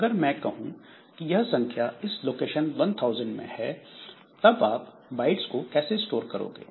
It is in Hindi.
अगर मैं कहूं यह संख्या इस लोकेशन 1000 में है तब आप बाइट्स को कैसे स्टोर करोगे